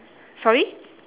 sorry